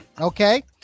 Okay